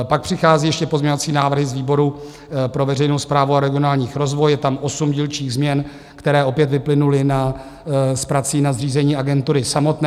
Pak přichází ještě pozměňovací návrhy z výboru pro veřejnou správu a regionální rozvoj, je tam osm dílčích změn, které opět vyplynuly z prací na zřízení agentury samotné.